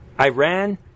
Iran